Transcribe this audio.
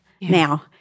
now